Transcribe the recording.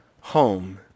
home